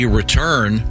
return